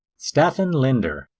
staffen linder,